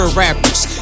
rappers